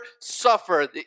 suffer